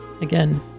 again